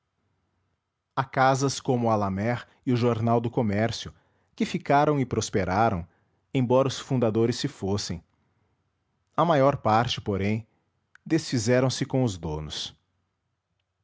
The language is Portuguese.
há casas como a laemmert e o jornal do comércio que ficaram e prosperaram embora os fundadores se fossem a maior parte porém desfizeram-se com os donos